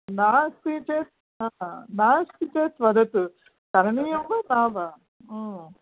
नास्ति चेत् नास्ति चेत् वदतु करणीयम् वा न वा